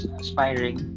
aspiring